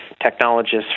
technologists